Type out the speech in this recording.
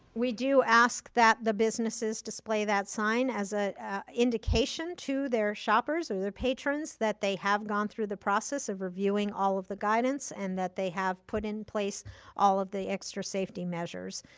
we do ask that the businesses display that sign as an indication to their shoppers or their patrons that they have gone through the process of reviewing all of the guidance and that they have put in place all of the extra safety measures.